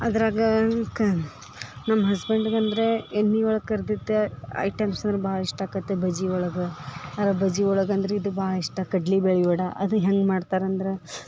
ಅದ್ರಾಗ ಕ ನಮ್ಮ ಹಸ್ಬೆಂಡ್ಗಂದರೆ ಎಣ್ಣೆ ಒಳ್ಗ ಕರ್ದಿದ್ದ ಐಟಮ್ಸ್ ಅಂದ್ರ ಭಾಳ ಇಷ್ಟಕತೆ ಬಜೀ ಒಳಗ ಆ ಬಜಿ ಒಳಗಂದ್ರ ಇದು ಭಾಳ ಇಷ್ಟ ಕಡ್ಲಿ ಬೆಳಿ ವಡಾ ಅದು ಹೆಂಗೆ ಮಾಡ್ತರಂದ್ರ